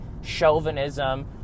chauvinism